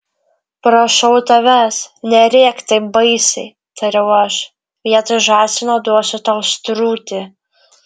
prašau tavęs nerėk taip baisiai tariau aš vietoj žąsino duosiu tau strutį